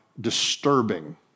disturbing